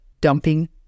dumping